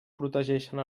protegeixen